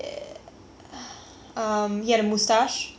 ya